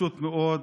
פשוט מאוד,